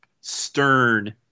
stern